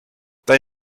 they